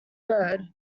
third